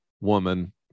woman